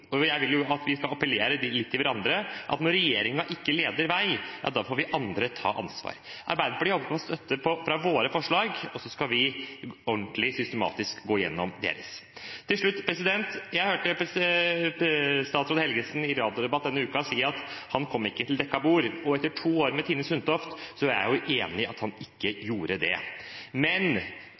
og jeg vil at vi skal appellere litt til hverandre om at når regjeringen ikke leder vei, får vi andre ta ansvar. Vi i Arbeiderpartiet håper på støtte til våre forslag, og så skal vi ordentlig og systematisk gå igjennom andres forslag. Til slutt: Jeg hørte statsråd Helgesen si i en radiodebatt denne uken at han ikke kom til dekket bord, og etter to år med Tine Sundtoft er jeg enig i at han ikke gjorde det. Men